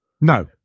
No